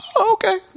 Okay